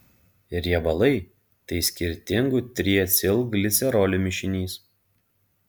riebalai tai skirtingų triacilglicerolių mišinys